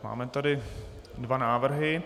Máme tady dva návrhy.